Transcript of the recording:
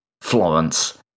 Florence